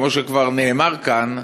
כמו שכבר נאמר כאן,